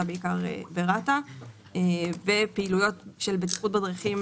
בעיקר ברת"א ופעילויות של בטיחות בדרכים,